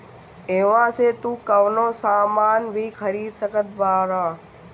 इहवा से तू कवनो सामान भी खरीद सकत बारअ